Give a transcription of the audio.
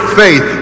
faith